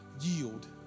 yield